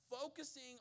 Focusing